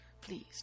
please